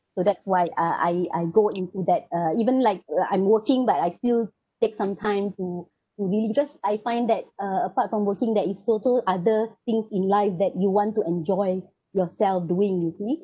so that's why uh I I go into that uh even like uh I'm working but I still take some time to to really because I find that uh apart from working there is also other things in life that you want to enjoy yourself doing you see